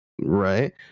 right